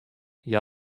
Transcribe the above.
hja